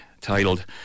titled